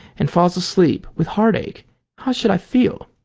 and falls asleep with heartache how should i feel?